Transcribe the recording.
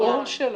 ברור שלא.